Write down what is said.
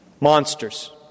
Monsters